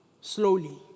slowly